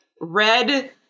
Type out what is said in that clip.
red